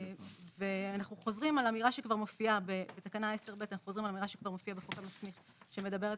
בתקנה 10(ב) אנחנו חוזרים על אמירה שכבר מופיעה בחוק המסמיך שמדברת